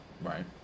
Right